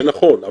זה נכון.